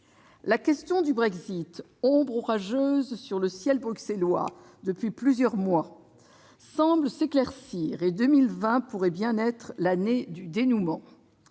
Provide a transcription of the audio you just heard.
La question du Brexit, ombre orageuse dans le ciel bruxellois depuis plusieurs mois, semble s'éclaircir, et 2020 pourrait bien être l'année du dénouement.